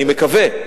אני מקווה,